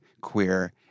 queer